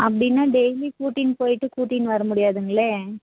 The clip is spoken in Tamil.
அப்படின்னா டெய்லியும் கூட்டின்னு போய்ட்டு கூட்டின்னு வர முடியாதுங்களே